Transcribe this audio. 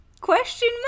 Question